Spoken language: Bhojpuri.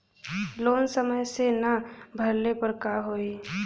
लोन समय से ना भरले पर का होयी?